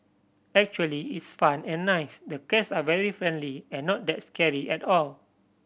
actually it's fun and nice the cats are very friendly and not that scary at all